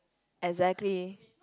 exactly